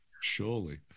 Surely